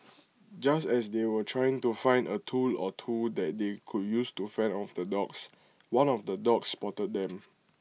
just as they were trying to find A tool or two that they could use to fend off the dogs one of the dogs spotted them